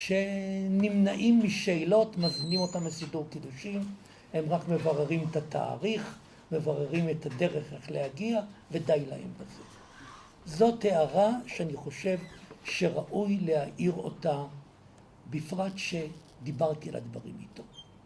שנמנעים משאלות, מזמינים אותן לסידור קידושין, הם רק מבררים את התאריך, מבררים את הדרך איך להגיע, ודי להם בזה. זאת הערה שאני חושב שראוי להעיר אותה בפרט שדיברתי על הדברים איתו.